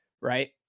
Right